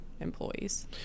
employees